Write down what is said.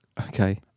Okay